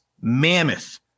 mammoth